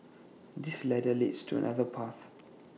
this ladder leads to another path